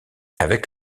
avec